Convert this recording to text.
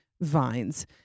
vines